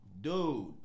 Dude